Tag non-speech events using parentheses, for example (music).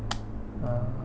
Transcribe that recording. (noise) ah